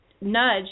nudge